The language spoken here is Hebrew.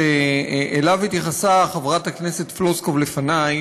שאליו התייחסה חברת הכנסת פלוסקוב לפני,